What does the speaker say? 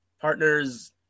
partner's